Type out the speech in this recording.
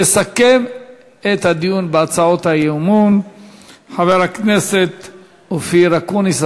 יסכם את הדיון בהצעות האי-אמון חבר הכנסת אופיר אקוניס,